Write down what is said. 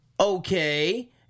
Okay